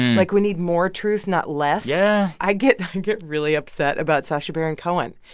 like, we need more truth, not less yeah i get and get really upset about sacha baron cohen